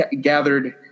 gathered